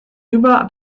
über